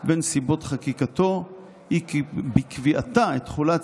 ונסיבות חקיקתו היא בקביעתה את תחולת